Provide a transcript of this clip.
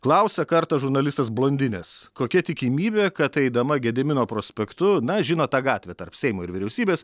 klausia kartą žurnalistas blondinės kokia tikimybė kad eidama gedimino prospektu na žinot tą gatvę tarp seimo ir vyriausybės